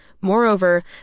moreover